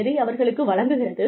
எதை அவர்களுக்கு வழங்குகிறது